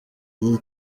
iyi